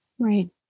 Right